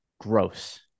gross